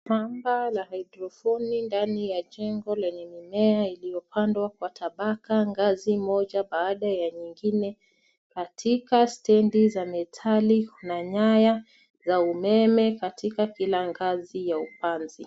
Shamba la hydroponic ndani ya jengo lenye mimea iliyopandwa kwa tabaka ngazi moja baada ya nyingine katika stendi za metali na nyaya za umeme katika kila ngazi ya upanzi.